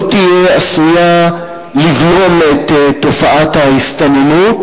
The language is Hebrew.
לא תהיה עשויה לבלום את תופעת ההסתננות